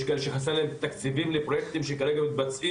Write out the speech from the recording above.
יש כאלה שחסר להם תקציבים לפרויקטים שכרגע מתבצעים